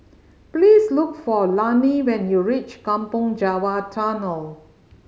please look for Lani when you reach Kampong Java Tunnel